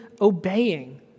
obeying